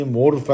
more